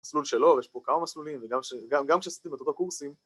מסלול שלו ויש פה כמה מסלולים וגם כשעשיתם את אותוףם קורסים